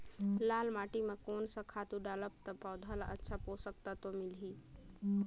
लाल माटी मां कोन सा खातु डालब ता पौध ला अच्छा पोषक तत्व मिलही?